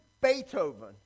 Beethoven